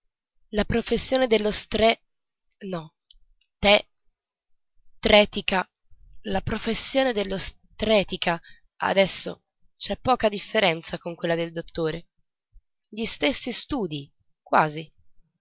la professione dell'ostrè no te trètica la professione dell'ostrètica adesso c'è poca differenza con quella del dottore gli stessi studii quasi